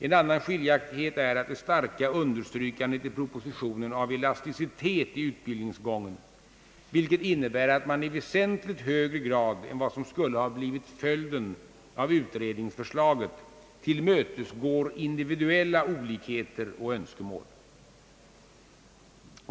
En annan skiljaktighet är det starka understrykandet i propositionen av elasticitet i utbildningsgången, vilket innebär att man i väsentligt högre grad än vad som skulle ha blivit följden av utredningsförslaget tillmötesgår individuella olikheter och önskemål.